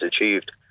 achieved